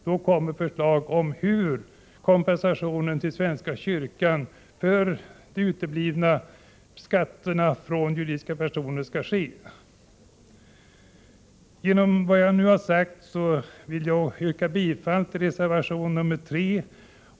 Där kommer förslag om hur kompensationen till svenska kyrkan för de uteblivna skatterna från juridiska personer skall ske. Med vad jag nu har sagt yrkar jag bifall till reservation 3.